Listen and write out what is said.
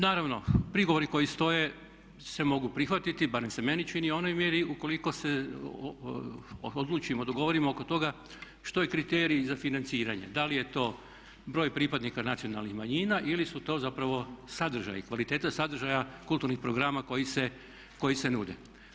Naravno, prigovori koji stoje se mogu prihvatiti barem se meni čini u onoj mjeri ukoliko se odlučimo, dogovorimo oko toga što je kriterij za financiranje da li je to broj pripadnika nacionalnih manjina ili su to zapravo sadržaji, kvaliteta sadržaja kulturnih programa koji se nude.